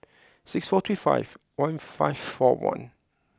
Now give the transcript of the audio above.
six four three five one five four one